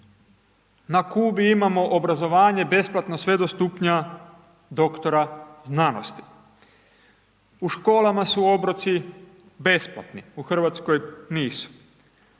na Kubi imamo obrazovanje sve do stupnja doktora znanosti, u školama su obroci besplatni u Hrvatskoj nisu,